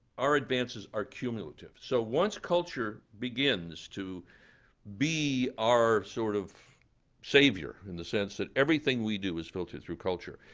our advances are cumulative. so once culture begins to be our sort of savior, in the sense that everything we do is filtered through culture,